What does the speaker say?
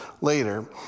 later